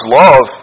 love